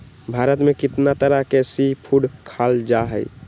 भारत में कितना तरह के सी फूड खाल जा हई